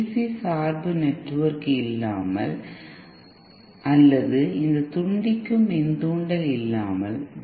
C சார்பு network இல்லாமல் அல்லது இந்த துண்டிக்கும் மின்தூண்டல் இல்லாமல் டி